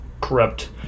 corrupt